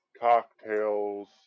cocktails